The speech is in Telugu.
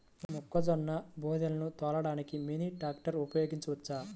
మొక్కజొన్న బోదెలు తోలడానికి మినీ ట్రాక్టర్ ఉపయోగించవచ్చా?